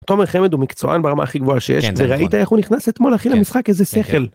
תומר חמד הוא מקצוען ברמה הכי גבוהה שיש, וראית איך הוא נכנס אתמול על תחילת המשחק איזה שכל.